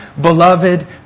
beloved